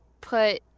put